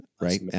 Right